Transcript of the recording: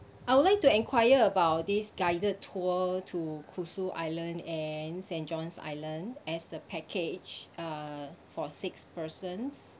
I would like to enquire about this guided tour to kusu island and saint john's island as the package uh for six persons